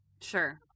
Sure